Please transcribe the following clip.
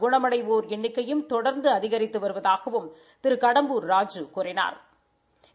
குணமடைவோர் எண்ணிக்கையும் தொடர்ந்து அதிகரித்து வருவதாகவும் திரு கடம்பூர் ராஜூ கூறினா்